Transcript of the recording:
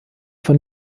von